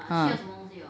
um